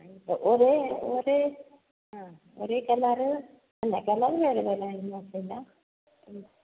ഒരേ ഒരേ ആ ഒരേ കള അല്ല കളറ് വേറെ വേറെ അയാലും കുഴപ്പമില്ല